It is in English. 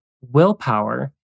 willpower